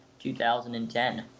2010